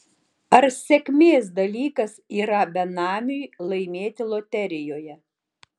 ar sėkmės dalykas yra benamiui laimėti loterijoje